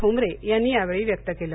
ठोंबरे यांनी यावेळी व्यक्त केलं